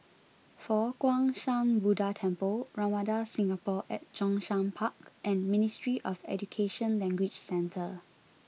Fo Guang Shan Buddha Temple Ramada Singapore at Zhongshan Park and Ministry of Education Language Centre